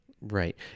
Right